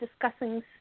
discussing